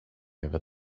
over